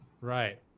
Right